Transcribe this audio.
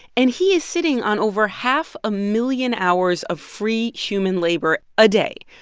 and he is sitting on over half a million hours of free human labor a day.